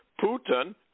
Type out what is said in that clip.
Putin